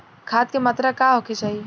खाध के मात्रा का होखे के चाही?